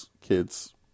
kid's